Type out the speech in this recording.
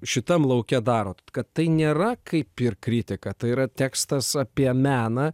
šitam lauke darote kad tai nėra kaip ir kritika tai yra tekstas apie meną